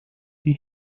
die